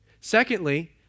Secondly